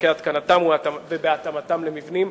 בדרכי התקנתם ובהתאמתם למבנים.